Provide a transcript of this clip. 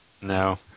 No